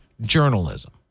journalism